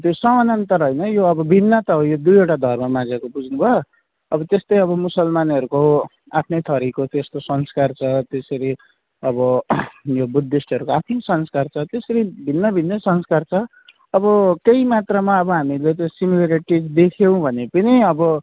यो सामानान्तर होइन यो अब भिन्नता हो यो दुईवटा धर्ममाझको बुझ्नु भयो अब त्यस्तै अब मुस्लिमहरूको आफ्नै थरिको त्यस्तो संस्कार छ त्यसरी अब यो बुद्धिस्टहरूको आफ्नै संस्कार छ त्यसरी नै भिन्न भिन्न संस्कार छ अब त्यही मात्रामा अब हामीले सिमिलरिटिज देख्यौ भने पनि अब